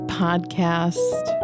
podcast